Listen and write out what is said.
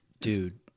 Dude